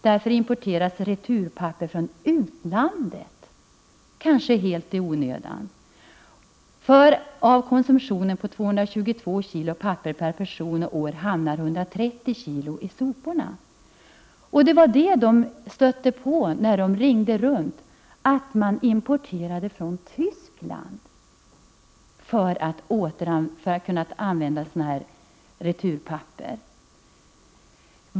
Därför importeras returpapper från utlandet, kanske helt i onödan. För av konsumtionen på 222 kilo papper per person och år, hamnar 130 kg i soporna.” När de ringde runt fick de reda på att man importerade från Tyskland för att få returpapper!